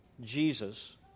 Jesus